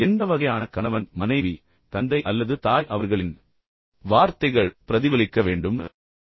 எந்த வகையான கணவன் மனைவி தந்தை அல்லது தாய் அவர்களின் வார்த்தைகள் பிரதிபலிக்க வேண்டும் என்று நீங்கள் விரும்புகிறீர்கள்